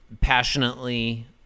passionately